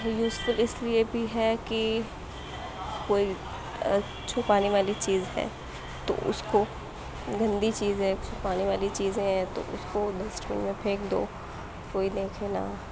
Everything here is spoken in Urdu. یوزفل اس لیے بھی ہے کہ کوئی چھپانے والی چیز ہے تو اُس کو گندی چیز ہے چھپانے والی چیزیں ہیں تو اُس کو ڈسٹ بن میں پھینک دو کوئی دیکھے نہ